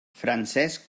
francesc